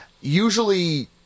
Usually